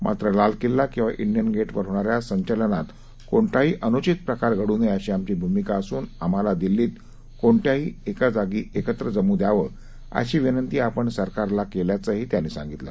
मात्र लाल किल्ला किंवा डिया गेट वर होणाऱ्या संचलनात कोणताही अनुचित प्रकार घड्र नये अशी आमची भूमिका असून आम्हाला दिल्लीत कोणत्याही जागी एकत्र जमू द्यावं अशी विनंती आपण सरकारला केल्याचंही त्यांनी सांगितलं